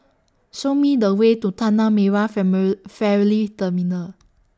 Show Me The Way to Tanah Merah Terminal